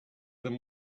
them